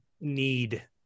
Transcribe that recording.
need